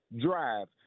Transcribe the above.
drive